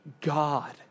God